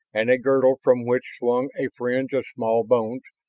and a girdle from which swung a fringe of small bones,